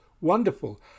wonderful